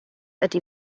ydy